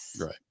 Right